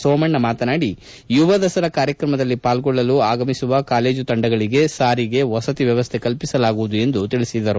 ಸೋಮಣ್ಣ ಮಾತನಾಡಿ ಯುವ ದಸರಾ ಕಾರ್ಯಕ್ರಮದಲ್ಲಿ ಪಾಲ್ಗೊಳ್ಳಲು ಆಗಮಿಸುವ ಕಾಲೇಜು ತಂಡಗಳಿಗೆ ಸಾರಿಗೆ ವಸತಿ ವ್ಯವಸ್ಥೆ ಕಲ್ಪಿಸಲಾಗುವುದು ಎಂದರು